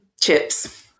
Chips